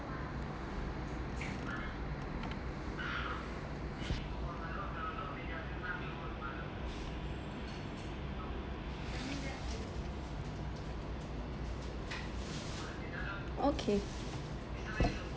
okay